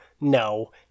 No